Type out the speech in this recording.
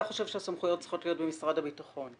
אתה חושב שהסמכויות צריכות להיות במשרד הביטחון.